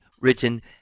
written